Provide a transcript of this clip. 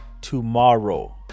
tomorrow